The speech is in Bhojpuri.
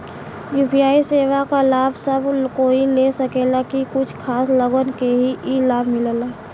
यू.पी.आई सेवा क लाभ सब कोई ले सकेला की कुछ खास लोगन के ई लाभ मिलेला?